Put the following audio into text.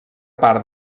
part